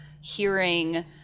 hearing